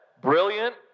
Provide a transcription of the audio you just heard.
brilliant